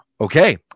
Okay